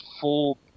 full